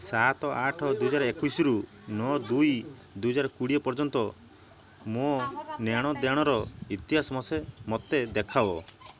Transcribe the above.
ସାତ ଆଠ ଦୁଇହାଜର ଏକୋଇଶିରୁ ନଅ ଦୁଇ ଦୁଇହଜାର କୁଡ଼ିଏ ପର୍ଯ୍ୟନ୍ତ ମୋ ନେଣ ଦେଣର ଇତିହାସ ମୋସେ ମୋତେ ଦେଖାଅ